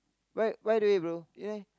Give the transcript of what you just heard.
by by the way bro